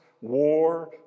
war